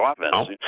offense